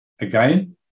Again